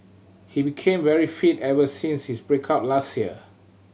he became very fit ever since his break up last year